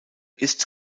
ist